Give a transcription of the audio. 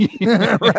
Right